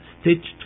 stitched